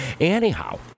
Anyhow